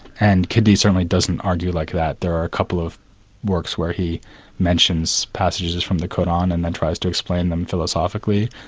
and kindi certainly doesn't argue like that. there are a couple of works works where he mentions passages from the qur'an, and then tries to explain them philosophically.